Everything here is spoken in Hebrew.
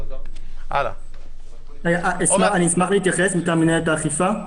אני אשמח להתייחס מטעם מינהלת האכיפה.